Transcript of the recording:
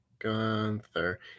Gunther